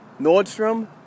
Nordstrom